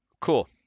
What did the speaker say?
cool